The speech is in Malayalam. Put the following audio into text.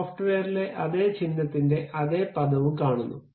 സോഫ്റ്റ്വെയറിലെ അതേ ചിഹ്നത്തിന്റെ അതേ പദവും കാണുന്നു